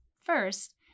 First